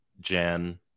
Jen